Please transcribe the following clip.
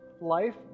Life